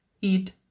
eat